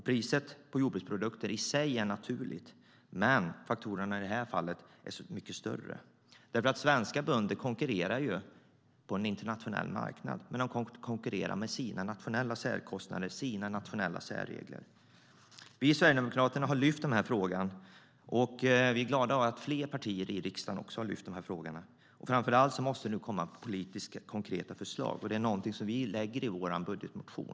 Priset på jordbruksprodukter är i sig naturligt, men faktorerna är i det här fallet mycket större. Svenska bönder konkurrerar på en internationell marknad. Men de konkurrerar med sina nationella särkostnader och med sina nationella särregler. Vi i Sverigedemokraterna har lyft upp frågan. Vi är glada över att fler partier i riksdagen har gjort det. Nu måste det framför allt komma konkreta politiska förslag. Det är något som vi lägger fram i vår budgetmotion.